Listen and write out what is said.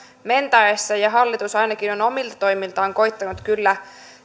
mentäessä ja ainakin hallitus on omilla toimillaan koettanut kyllä